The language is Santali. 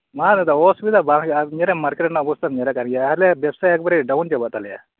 ᱵᱟᱝ ᱫᱟᱫᱟ ᱚᱥᱩᱵᱤᱛᱟ ᱵᱟᱝ ᱦᱩᱭᱩᱜᱼᱟ ᱫᱩᱱᱤᱭᱟᱹ ᱨᱮ ᱢᱟᱨᱠᱮᱴ ᱨᱮᱱᱟᱜ ᱚᱵᱚᱥᱛᱟᱢ ᱧᱮᱞ ᱠᱟᱫ ᱜᱮᱭᱟ ᱟᱨ ᱟᱞᱮ ᱵᱮᱵᱽᱥᱟ ᱮᱠᱵᱟᱨᱮ ᱰᱟᱣᱩᱱ ᱪᱟᱵᱟᱜ ᱛᱟᱞᱮᱭᱟ